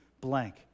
blank